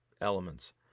elements